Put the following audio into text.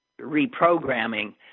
reprogramming